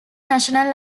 national